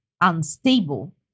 unstable